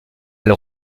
elle